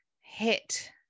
hit